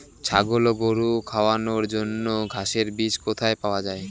ছাগল ও গরু খাওয়ানোর জন্য ঘাসের বীজ কোথায় পাওয়া যায়?